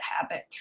habit